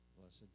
Blessed